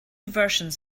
versions